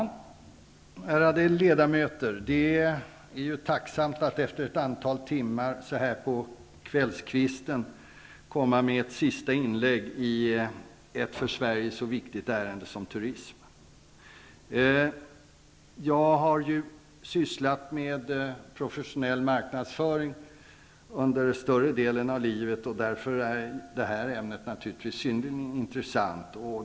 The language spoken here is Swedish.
Fru talman! Ärade ledamöter! Det är tacksamt att efter ett antal timmar, så här på kvällskvisten, komma med ett sista inlägg i ett för Sverige så viktigt ärende som turism. Jag har sysslat med professionell marknadsföring under större delen av livet. Därför är detta ämne naturligtvis synnerligen intressant.